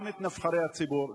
גם את נבחרי הציבור,